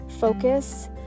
focus